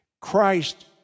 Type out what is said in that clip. Christ